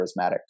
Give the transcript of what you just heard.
charismatic